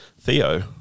Theo